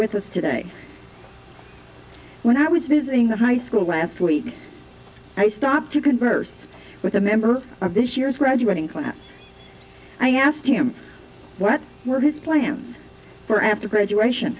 with us today when i was visiting the high school last week i stopped to converse with a member of this year's graduating class i asked him what were his plans for after graduation